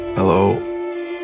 Hello